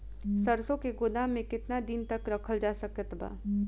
सरसों के गोदाम में केतना दिन तक रखल जा सकत बा?